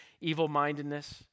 evil-mindedness